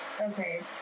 Okay